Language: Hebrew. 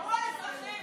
ירו על אזרחים,